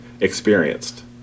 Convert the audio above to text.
experienced